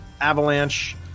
Avalanche